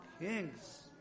Kings